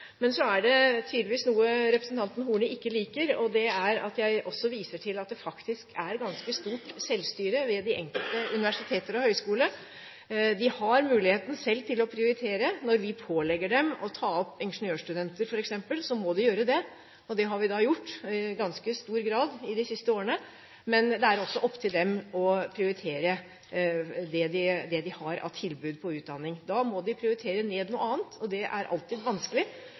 Men så er det tydeligvis noe representanten ikke liker, og det er at jeg også viser til at det faktisk er ganske stort selvstyre ved de enkelte universiteter og høyskoler. De har muligheten til selv å prioritere. Når vi pålegger dem å ta opp ingeniørstudenter f.eks., må de gjøre det, og det har vi gjort i ganske stor grad de siste årene. Men det er også opp til dem å prioritere det de har av utdanningstilbud. Da må de prioritere ned noe annet, og det er alltid vanskelig.